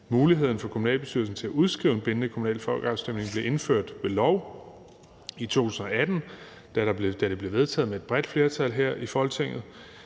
Muligheden for kommunalbestyrelsen til at udskrive en bindende kommunal folkeafstemning blev indført ved lov i 2018, da det blev vedtaget med et bredt flertal her i Folketinget.